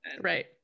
Right